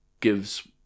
gives